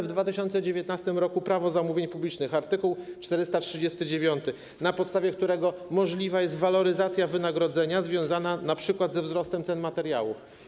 W 2019 r. zmieniono Prawo zamówień publicznych, art. 439, na podstawie którego możliwa jest waloryzacja wynagrodzenia związana np. ze wzrostem cen materiałów.